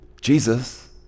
Jesus